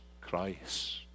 Christ